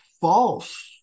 false